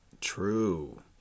True